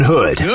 Hood